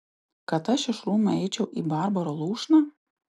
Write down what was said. kad aš iš rūmų eičiau į barbaro lūšną